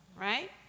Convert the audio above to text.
Right